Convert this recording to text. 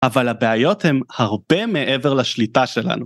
אבל הבעיות הן הרבה מעבר לשליטה שלנו.